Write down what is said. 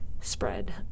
spread